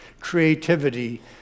Creativity